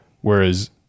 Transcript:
whereas